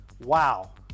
Wow